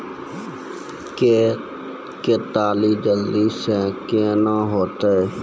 के केताड़ी जल्दी से के ना होते?